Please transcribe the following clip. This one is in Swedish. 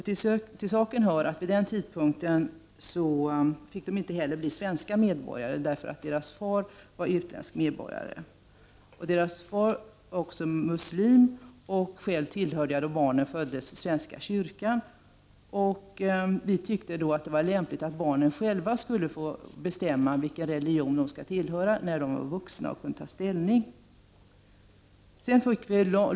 Till saken hör att de vid den tidpunkten inte heller fick bli svenska medborgare, eftersom deras far var utländsk medborgare. Han var muslim. Själv tillhörde jag, då barnen föddes, svenska kyrkan. Vi tyckte att det var lämpligt att barnen själva skulle få bestämma vilken religion de skall tillhöra när de är vuxna och kan ta ställning.